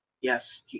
Yes